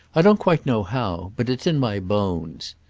i don't quite know how but it's in my bones.